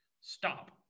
Stop